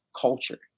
culture